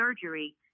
surgery